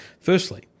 Firstly